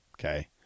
Okay